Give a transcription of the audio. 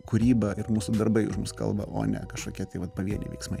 kūryba ir mūsų darbai už mus kalba o ne kažkokie tai vat pavieniai veiksmai